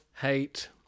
hate